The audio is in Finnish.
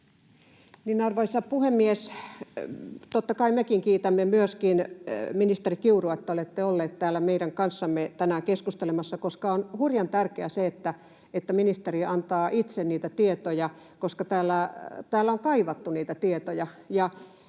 Arvoisa puhemies! Totta kai mekin kiitämme ministeri Kiurua siitä, että olette ollut täällä meidän kanssamme tänään keskustelemassa. On hurjan tärkeää se, että ministeri antaa itse niitä tietoja, koska täällä on kaivattu niitä tietoja.